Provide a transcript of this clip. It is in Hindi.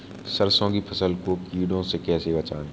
सरसों की फसल को कीड़ों से कैसे बचाएँ?